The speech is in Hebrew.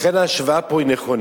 לכן ההשוואה פה היא נכונה.